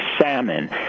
salmon